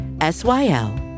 S-Y-L